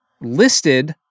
listed